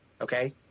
okay